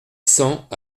cent